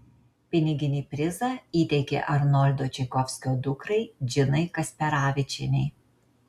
piniginį prizą įteikė arnoldo čaikovskio dukrai džinai kasperavičienei